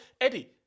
Eddie